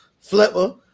flipper